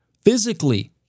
physically